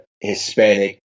hispanic